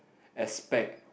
aspect